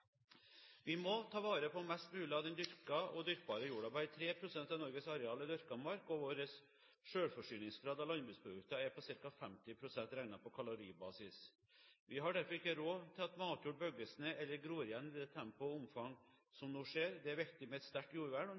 Vi må ta vare på mest mulig av den dyrkede og dyrkbare jorden. Bare 3 pst. av Norges areal er dyrket mark, og vår selvforsyningsgrad av landbruksprodukter er på ca. 50 pst., regnet på kaloribasis. Vi har derfor ikke råd til at matjord bygges ned eller gror igjen i det tempo og omfang som nå skjer. Det er viktig med et sterkt jordvern